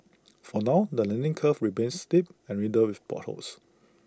for now the learning curve remains steep and riddled with potholes